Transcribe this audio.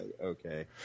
okay